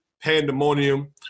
pandemonium